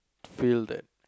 to feel that